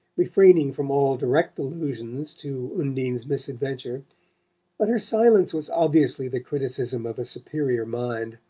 refraining from all direct allusions to undine's misadventure but her silence was obviously the criticism of a superior mind.